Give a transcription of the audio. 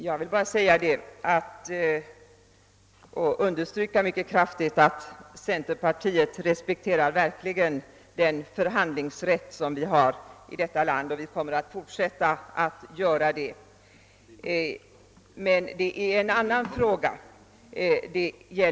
Herr talman! Jag vill kraftigt understryka att centerpartiet verkligen respekterar förhandlingsrätten och kommer att fortsätta att göra det.